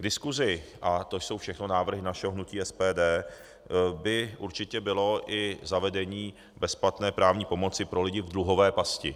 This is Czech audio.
K diskusi, a to jsou všechno návrhy našeho hnutí SPD, by určitě bylo i zavedení bezplatné právní pomoci pro lidi v dluhové pasti.